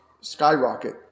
skyrocket